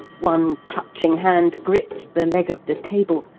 one clutching hand gripped the leg of the table,